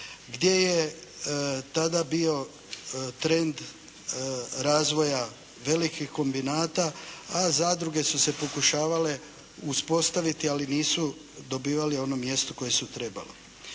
gdje je tada bio trend razvoja velikih kombinata a zadruge su se pokušavale uspostaviti ali nisu dobivale one mjesto koje su trebale.